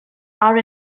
are